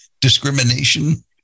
discrimination